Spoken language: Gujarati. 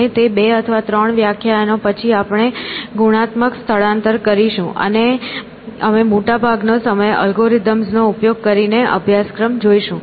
અને તે 2 અથવા 3 વ્યાખ્યાયનો પછી આપણે ગુણાત્મક સ્થળાંતર કરીશું અને અમે મોટાભાગનો સમય એલ્ગોરિધમ્સ નો ઉપયોગ કરીને અભ્યાસક્રમ જોઈશું